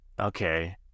Okay